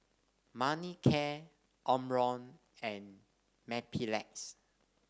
Manicare Omron and Mepilex